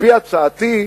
על-פי הצעתי,